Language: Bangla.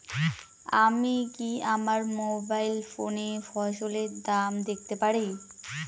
আমি কি আমার মোবাইল ফোনে ফসলের দাম দেখতে পারি?